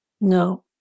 No